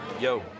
Yo